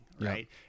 Right